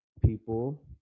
people